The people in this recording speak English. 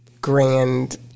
Grand